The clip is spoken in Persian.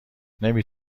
نمی